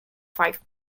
five